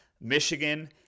Michigan